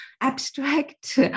abstract